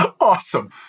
Awesome